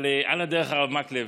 על הדרך, הרב מקלב,